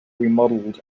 remodeled